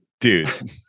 dude